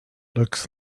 looks